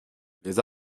les